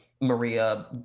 maria